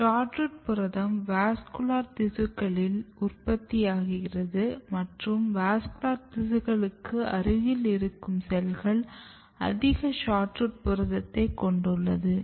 SHORT ROOT புரதம் vascular திசுக்களில் உற்பத்தியாகிறது மற்றும் வாஸ்குலர் திசுக்களுக்கு அருகில் இருக்கும் செல்கள் அதிக SHORT ROOT புரதத்தை கொண்டுள்ளது